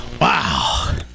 Wow